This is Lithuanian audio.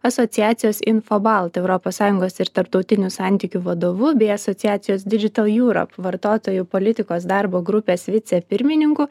asociacijos infobalt europos sąjungos ir tarptautinių santykių vadovu bei asociacijos digital europe vartotojų politikos darbo grupės vice pirmininku